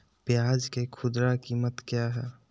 प्याज के खुदरा कीमत क्या है?